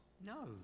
No